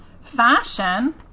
Fashion